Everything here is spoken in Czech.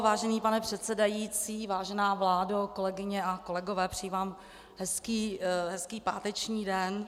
Vážený pane předsedající, vážená vládo, kolegyně a kolegové, přeji vám hezký páteční den.